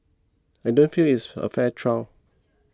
I don't feel it's a fair trial